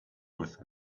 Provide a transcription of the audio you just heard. with